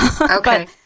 Okay